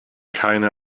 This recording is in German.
keine